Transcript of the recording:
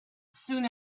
soon